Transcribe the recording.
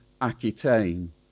Aquitaine